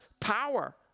power